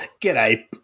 G'day